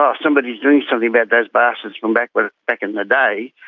ah somebody is doing something about those bastards from back but back in the day,